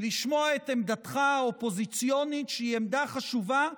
לשמוע את עמדתך האופוזיציונית, שהיא עמדה חשובה.